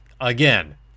Again